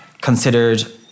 considered